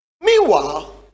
meanwhile